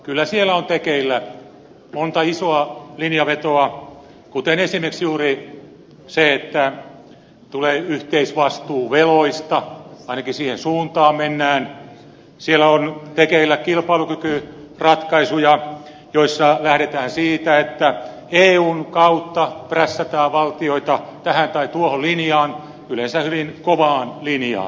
kyllä siellä on tekeillä monta isoa linjanvetoa kuten esimerkiksi juuri se että tulee yhteisvastuu veloista ainakin siihen suuntaan mennään siellä on tekeillä kilpailukykyratkaisuja joissa lähdetään siitä että eun kautta prässätään valtioita tähän tai tuohon linjaan yleensä hyvin kovaan linjaan